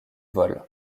vol